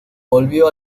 volvió